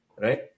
Right